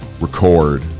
record